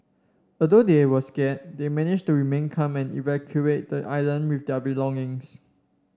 although they were scared they managed to remain calm and evacuate the island with their belongings